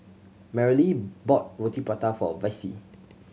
Merrily bought Roti Prata for Vicy